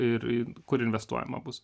ir į kur investuojama bus